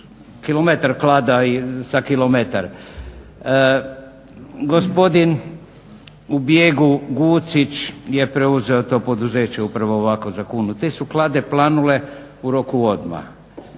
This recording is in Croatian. kilometar klada sa kilometar. Gospodin u bijegu Gucić je preuzeo to poduzeće upravo ovako za kunu. Te su klade planule u roku odmah.